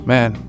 Man